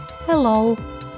Hello